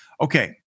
Okay